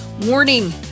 Warning